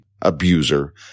abuser